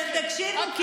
אתם תקשיבו,